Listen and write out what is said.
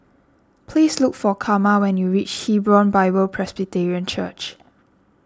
please look for Karma when you reach Hebron Bible Presbyterian Church